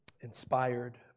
inspired